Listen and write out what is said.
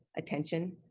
attention,